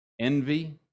envy